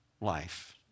life